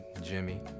Jimmy